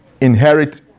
inherit